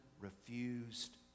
refused